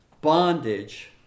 bondage